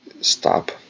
Stop